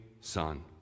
son